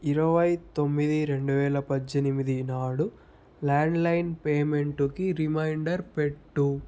ఇరవై తొమ్మిది రెండు వేల పద్దెనిమిది నాడు ల్యాండ్ లైన్ పేమెంటుకి రిమైండర్ పెట్టు